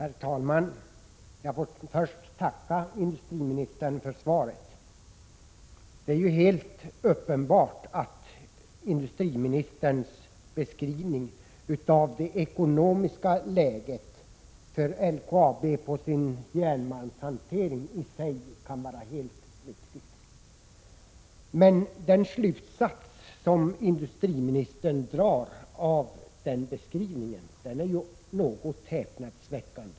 Herr talman! Jag får först tacka industriministern för svaret. Det är uppenbart att industriministerns beskrivning av det ekonomiska läget för LKAB:s järnmalmshantering kan vara helt riktig, men den slutsats som industriministern drar av den beskrivningen är ganska häpnadsväckande.